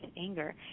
anger